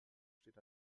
steht